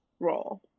role